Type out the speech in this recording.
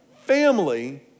family